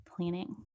planning